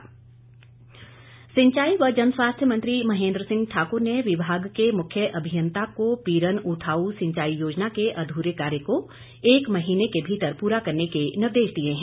महेन्द्र सिंह सिंचाई व जनस्वास्थ्य मंत्री महेन्द्र सिंह ठाकुर ने विभाग के मुख्य अभियंता को पीरन उठाउ सिंचाई योजना के अधूरे कार्य को एक महीने के भीतर पूरा करने के निर्देश दिए हैं